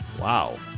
Wow